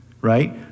right